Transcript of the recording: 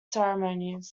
ceremonies